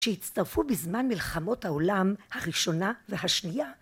‫שהצטרפו בזמן מלחמות העולם ‫הראשונה והשנייה.